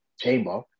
chamber